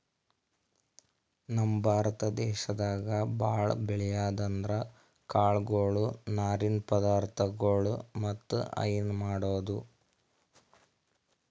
ನಮ್ ಭಾರತ ದೇಶದಾಗ್ ಭಾಳ್ ಬೆಳ್ಯಾದ್ ಅಂದ್ರ ಕಾಳ್ಗೊಳು ನಾರಿನ್ ಪದಾರ್ಥಗೊಳ್ ಮತ್ತ್ ಹೈನಾ ಮಾಡದು